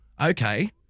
okay